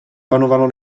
panovalo